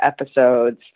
episodes